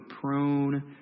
prone